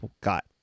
got